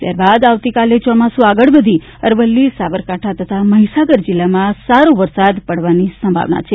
ત્યારબાદ આવતીકાલે ચોમાસ આગળ વધી અરવલ્લી સાબરકાંઠા તથા મહીસાગર જિલ્લામાં સારો વરસાદ પડવાની સંભાવના છે